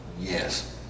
Yes